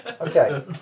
Okay